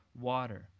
water